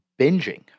binging